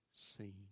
seen